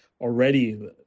already